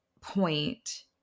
point